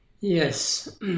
yes